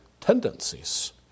tendencies